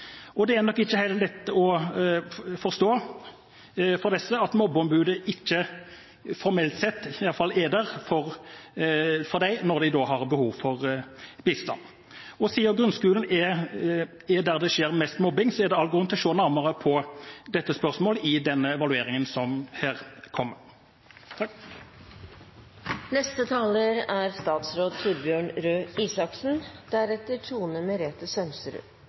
Det er nok ikke helt lett for dem å forstå at mobbeombudet ikke formelt sett er der for dem når de har behov for bistand. Siden det er i grunnskolen det skjer mest mobbing, er det grunn til å se nærmere på dette spørsmålet i den evalueringen som kommer.